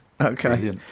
Okay